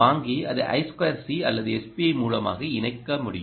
வாங்கி அதை I2c அல்லது SPI மூலமாக இணைக்க முடியும்